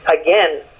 again